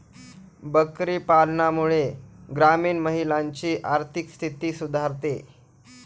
बकरी पालनामुळे ग्रामीण महिलांची आर्थिक स्थिती सुधारते